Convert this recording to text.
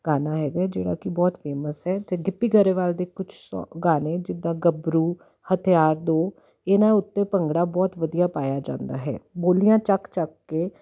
ਗਾਨਾ ਹੈਗਾ ਜਿਹੜਾ ਕਿ ਬਹੁਤ ਫੇਮਸ ਹੈ ਅਤੇ ਗਿੱਪੀ ਗਰੇਵਾਲ ਦੇ ਕੁਛ ਸੋ ਗਾਣੇ ਜਿੱਦਾਂ ਗੱਬਰੂ ਹਥਿਆਰ ਦੋ ਇਹਨਾਂ ਉੱਤੇ ਭੰਗੜਾ ਬਹੁਤ ਵਧੀਆ ਪਾਇਆ ਜਾਂਦਾ ਹੈ ਬੋਲੀਆਂ ਚੱਕ ਚੱਕ ਕੇ